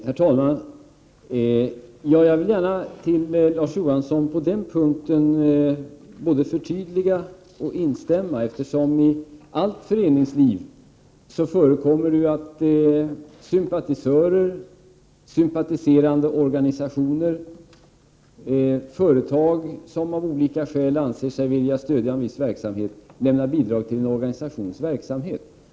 Herr talman! På den punkten vill jag både förtydliga och instämma, Larz Johansson. I allt föreningsliv förekommer det att sympatisörer, sympatiserande organisationer och företag som av olika anledningar vill stödja en viss verksamhet lämnar bidrag till en organisations verksamhet.